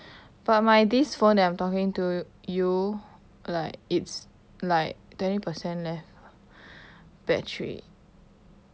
but my this phone I'm talking to you like it's like twenty percent left battery